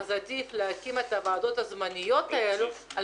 אז עדיף להקים את הוועדות הזמניות האלו על